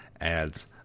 adds